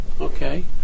okay